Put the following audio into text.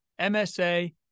MSA